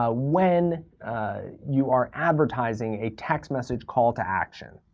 ah when you are advertising a text message call to action.